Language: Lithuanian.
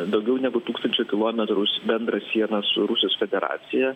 daugiau negu tūkstančio kilometrus bendrą sieną su rusijos federacija